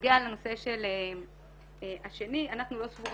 הרי בסוף התיקון שעבר בחוק הרישוי נבע מתוך תפיסה שאנחנו רוצים